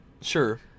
Sure